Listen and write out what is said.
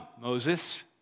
Moses